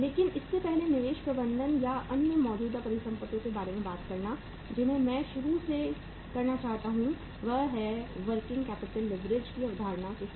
लेकिन इससे पहले निवेश प्रबंधन या अन्य मौजूदा परिसंपत्तियों के बारे में बात करना जिन्हें मैं शुरू करना चाहता हूं वह है वर्किंग कैपिटल लीवरेज की अवधारणा के साथ